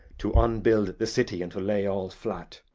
to unbuild the city, and to lay all flat.